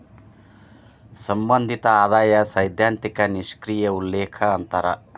ಸಂಬಂಧಿತ ಆದಾಯ ಸೈದ್ಧಾಂತಿಕ ನಿಷ್ಕ್ರಿಯ ಉಲ್ಲೇಖ ಅಂತಾರ